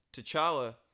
T'Challa